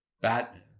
Batman